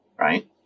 right